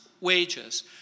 wages